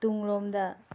ꯇꯨꯡꯂꯣꯝꯗ